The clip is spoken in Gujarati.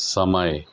સમય